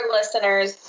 listeners